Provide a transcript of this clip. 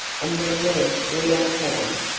and then when we are found